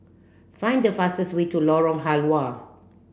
find the fastest way to Lorong Halwa